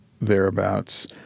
thereabouts